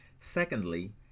Secondly